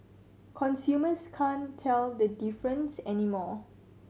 consumers can't tell the difference anymore